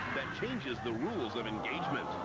changes the rules of engagement.